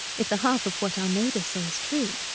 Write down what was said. if the half of what our neighbours say is true,